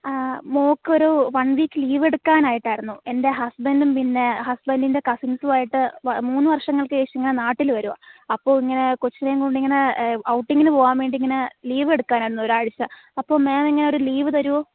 ആ മോൾക്ക് ഒരു വൺ വീക്ക് ലീവ് എടുക്കാനായിട്ടായിരുന്നു എൻ്റെ ഹസ്ബൻറ്റും പിന്നെ ഹസ്ബൻറ്റിൻ്റെ കസിൻസുമായിട്ട് മൂന്ന് വർഷങ്ങൾക്കു ശേഷം നാട്ടിൽ വരുവാ അപ്പോൾ ഇങ്ങനെ കൊച്ചിനെയും കൊണ്ട് ഇങ്ങനെ ഔട്ടിങ്ങിന് പോവാൻ വേണ്ടി ഇങ്ങനെ ലീവ് എടുക്കാനായിരുന്നു ഒരാഴ്ച അപ്പം മേം ഇങ്ങനൊരു ലീവ് തരുമോ